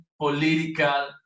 political